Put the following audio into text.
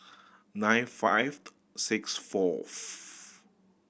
nine five six fourth